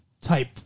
type